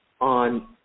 on